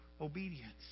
obedience